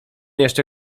jeszcze